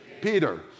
Peter